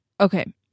okay